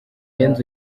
y’inzu